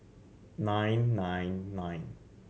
nine nine nine